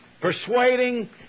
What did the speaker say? persuading